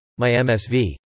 MyMSV